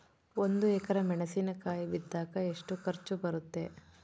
ಒಂದು ಎಕರೆ ಮೆಣಸಿನಕಾಯಿ ಬಿತ್ತಾಕ ಎಷ್ಟು ಖರ್ಚು ಬರುತ್ತೆ?